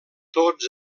tots